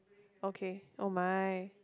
okay oh my